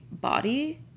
body